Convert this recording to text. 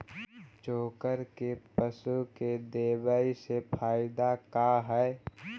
चोकर के पशु के देबौ से फायदा का है?